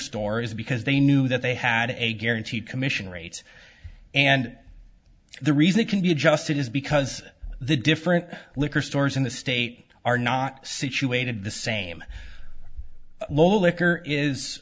store is because they knew that they had a guarantee commission rates and the reason it can be adjusted is because the different liquor stores in the state are not situated the same low liquor is